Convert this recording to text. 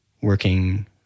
working